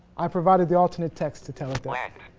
i provided the alternate text to tell it that.